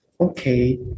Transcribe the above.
Okay